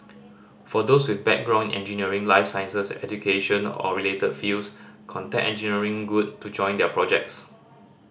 for those with a background in engineering life sciences education or related fields contact Engineering Good to join their projects